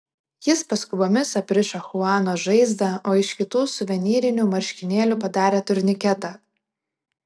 jis paskubomis aprišo chuano žaizdą o iš kitų suvenyrinių marškinėlių padarė turniketą